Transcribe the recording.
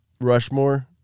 Rushmore